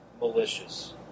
malicious